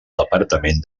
departament